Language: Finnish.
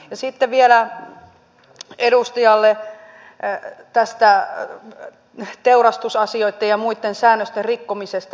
sitten vielä edustajalle tästä teurastusasioitten ja muitten säännösten rikkomisesta